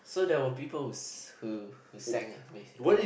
so there were people who who sang uh basically